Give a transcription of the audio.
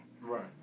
Right